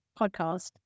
podcast